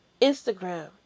Instagram